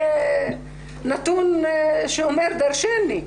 זה נתון שאומר דרשני.